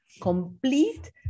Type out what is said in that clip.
complete